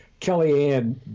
Kellyanne